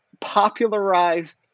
popularized